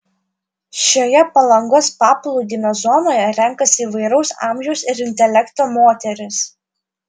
šioje palangos paplūdimio zonoje renkasi įvairaus amžiaus ir intelekto moterys